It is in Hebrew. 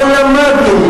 אבל למדנו.